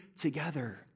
together